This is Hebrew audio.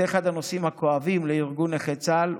זה אחד הנושאים הכואבים לארגון נכי צה"ל.